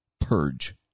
purge